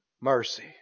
Mercy